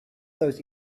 those